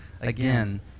again